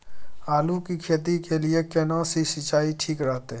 आलू की खेती के लिये केना सी सिंचाई ठीक रहतै?